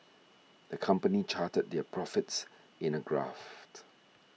the company charted their profits in a graft